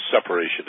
separation